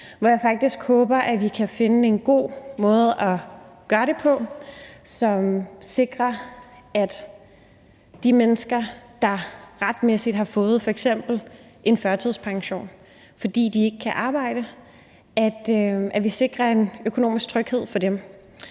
håber vi kan finde en god måde at gøre det på, som sikrer, at de mennesker, der retmæssigt har fået f.eks. en førtidspension, fordi de ikke kan arbejde, sikres en økonomisk tryghed. For når